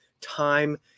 time